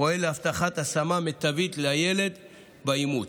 הפועל להבטחת השמה מיטבית לילד באימוץ.